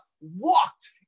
walked